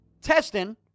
testing